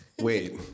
Wait